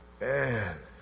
Man